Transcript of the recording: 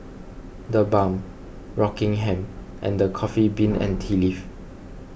the Balm Rockingham and the Coffee Bean and Tea Leaf